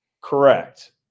Correct